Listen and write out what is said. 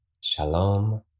Shalom